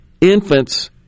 infants